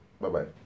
Bye-bye